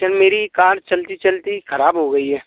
sir मेरी car चलते चलते खराब हो गई है